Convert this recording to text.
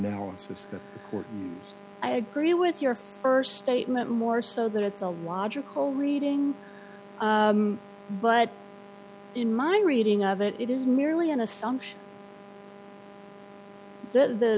that i agree with your first statement more so that it's a logical reading but in my reading of it it is merely an assumption th